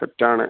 സെറ്റാണ്